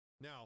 Now